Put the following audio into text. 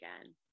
again